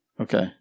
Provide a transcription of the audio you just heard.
Okay